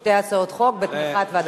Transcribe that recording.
שתי הצעות חוק, בתמיכת ועדת שרים.